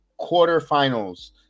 quarterfinals